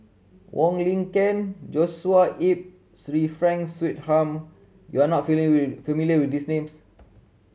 Wong Lin Ken Joshua Ip Sir Frank Swettenham you are not with familiar with these names